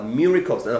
miracles